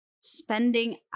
spending